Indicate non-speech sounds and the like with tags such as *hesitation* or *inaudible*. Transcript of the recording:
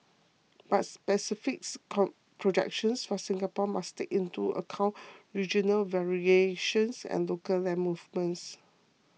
but specific *hesitation* projections for Singapore must take into account regional variations and local land movements